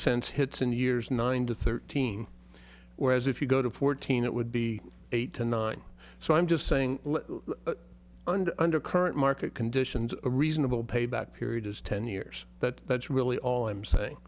cents hits in years nine to thirteen whereas if you go to fourteen it would be eight to nine so i'm just saying under under current market conditions a reasonable payback period is ten years that that's really all i'm saying